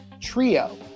trio